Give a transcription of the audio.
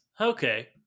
Okay